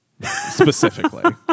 specifically